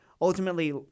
ultimately